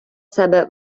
себе